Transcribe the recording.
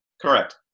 Correct